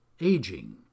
aging